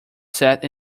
sat